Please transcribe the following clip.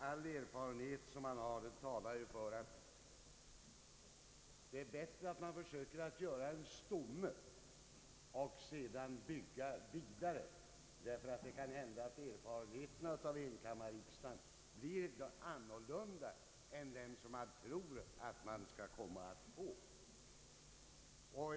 All erfarenhet talar för att det är bättre att fösöka göra en stomme och att sedan bygga vidare, ty det kan ju hända att erfarenheterna av verksamheten vid enkammarriksdagen blir annorlunda än man från början trott.